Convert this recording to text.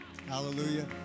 Hallelujah